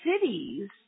cities